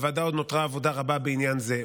לוועדה עוד נותרה עבודה רבה בעניין זה.